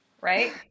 right